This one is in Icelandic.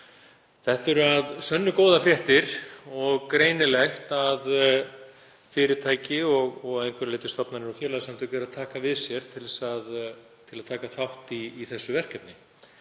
Þetta eru að sönnu góðar fréttir og greinilegt að fyrirtæki og að einhverju leyti stofnanir og félagasamtök eru að taka við sér til að taka þátt í þessu verkefni.